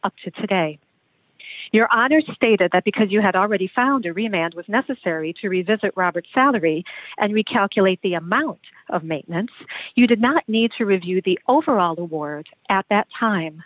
up to today your honor stated that because you had already found a reason and was necessary to revisit robert's salary and we calculate the amount of maintenance you did not need to review the overall war at that time